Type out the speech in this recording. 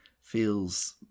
feels